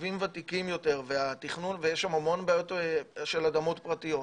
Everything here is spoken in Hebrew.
יישובים ותיקים יותר ויש שם המון בעיות של אדמות פרטיות,